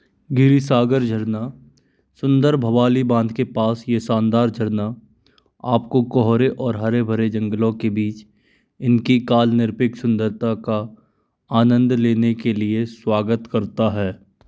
गिरिसागर झरना सुंदर भवाली बाँध के पास ये शानदार झरना आपको कोहरे और हरे भरे जंगलों के बीच इनकी कालनिरपेक्ष सुंदरता का आनंद लेने के लिए स्वागत करता है